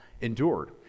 endured